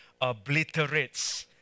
obliterates